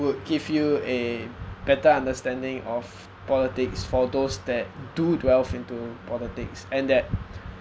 would give you a better understanding of politics for those that do delve into politics and that